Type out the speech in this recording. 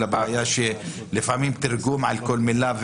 אלא הבעיה לפעמים בתרגום על כל מילה,